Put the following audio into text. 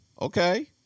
okay